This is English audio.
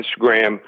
Instagram